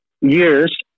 years